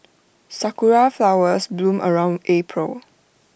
Sakura Flowers bloom around April